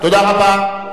תודה רבה.